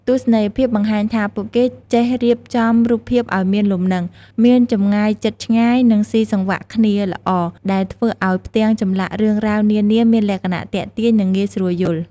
ទស្សនីយភាពបង្ហាញថា ពួកគេចេះរៀបចំរូបភាពឱ្យមានលំនឹង មានចម្ងាយជិតឆ្ងាយ និងស៊ីសង្វាក់គ្នាល្អ ដែលធ្វើឱ្យផ្ទាំងចម្លាក់រឿងរ៉ាវនានាមានលក្ខណៈទាក់ទាញ និងងាយស្រួលយល់។